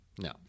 no